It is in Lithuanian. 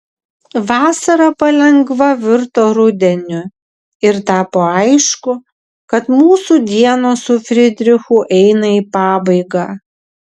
vasara palengva virto rudeniu ir tapo aišku kad mūsų dienos su fridrichu eina į pabaigą